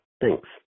Thanks